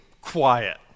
quiet